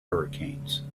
hurricanes